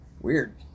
Weird